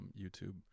YouTube